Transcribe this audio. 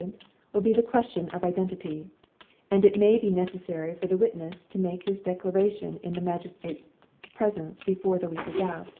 will be the question of identity and it may be necessary for the witness to make his declaration in the magistrate's presence before the week is out.